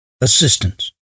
assistance